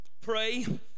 pray